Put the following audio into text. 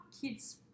kids